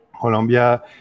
Colombia